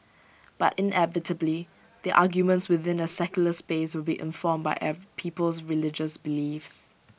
but inevitably the arguments within the secular space will be informed by A people's religious beliefs